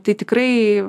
tai tikrai